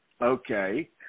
Okay